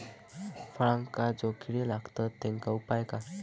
फळांका जो किडे लागतत तेनका उपाय काय?